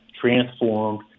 transformed